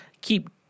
Keep